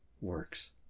works